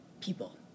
people